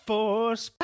Force